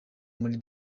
muri